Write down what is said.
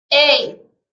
hey